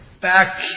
back